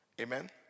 Amen